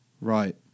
Right